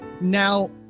Now